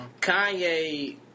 Kanye